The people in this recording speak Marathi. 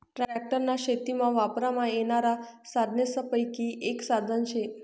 ट्रॅक्टर शेतीमा वापरमा येनारा साधनेसपैकी एक साधन शे